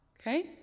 okay